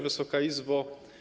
Wysoka Izbo!